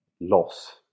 loss